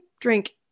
drink